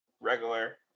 regular